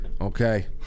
okay